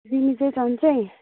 तिमी चाहिँ सन्चै